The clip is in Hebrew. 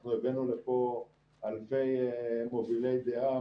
אנחנו הבאנו לפה אלפי מובילי דעה,